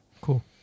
Cool